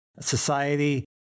society